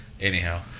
Anyhow